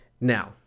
Now